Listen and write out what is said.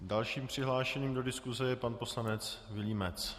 Dalším přihlášeným do diskuse je pan poslanec Vilímec.